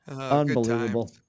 Unbelievable